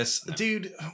dude